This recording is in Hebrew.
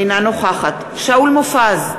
אינה נוכחת שאול מופז,